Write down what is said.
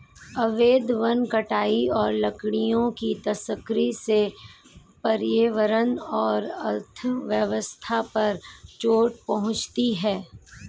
अवैध वन कटाई और लकड़ियों की तस्करी से पर्यावरण और अर्थव्यवस्था पर चोट पहुँचती है